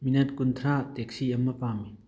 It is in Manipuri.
ꯃꯤꯅꯠ ꯀꯨꯟꯊ꯭ꯔꯥ ꯇꯦꯛꯁꯤ ꯑꯃ ꯄꯥꯝꯃꯤ